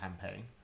campaign